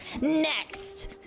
Next